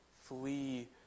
flee